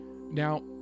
Now